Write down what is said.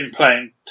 playing